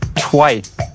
Twice